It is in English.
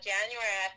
January